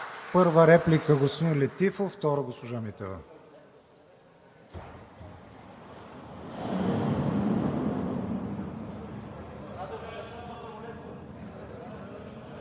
Първа реплика – господин Летифов, втора – госпожа Митева.